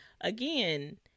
again